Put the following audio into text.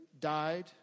died